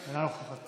אינה נוכחת